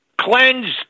cleansed